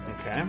okay